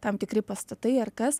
tam tikri pastatai ar kas